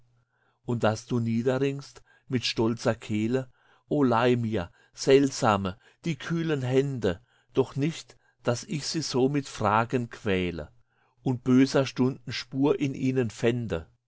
und das du niederringst mit stolzer kehle o leih mir seltsame die kühlen hände doch nicht daß ich sie so mit fragen quäle und böser stunden spur in ihnen fände